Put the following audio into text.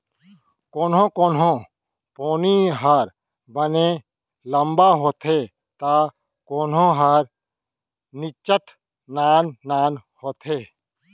कोनो कोनो पोनी ह बने लंबा होथे त कोनो ह निच्चट नान नान होथे